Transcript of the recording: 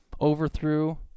overthrew